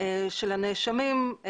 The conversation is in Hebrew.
של הנאשמים.